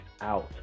out